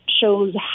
shows